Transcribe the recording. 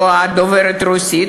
את דוברת רוסית,